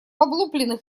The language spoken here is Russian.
облупленных